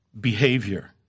behavior